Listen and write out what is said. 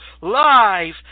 live